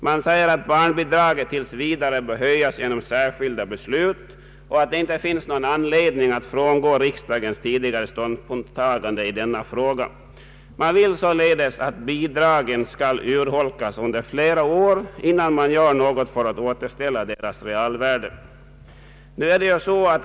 Den säger att barnbidragen tills vidare bör höjas genom särskilda beslut och att det inte finns någon anledning att frångå riksdagens tidigare ståndpunktstagande i denna fråga. Man vill således att bidragen skall urholkas under flera år, innan man gör något för att återställa deras realvärde.